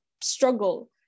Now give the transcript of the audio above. struggle